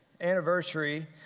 anniversary